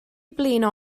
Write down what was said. blino